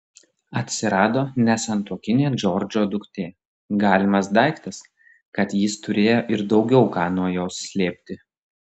atsirado nesantuokinė džordžo duktė galimas daiktas kad jis turėjo ir daugiau ką nuo jos slėpti